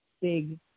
big